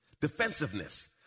Defensiveness